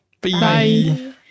Bye